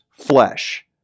flesh